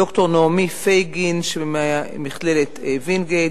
ד"ר נעמי פייגין שבמכללת וינגייט,